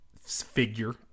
figure